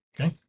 Okay